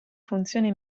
funzione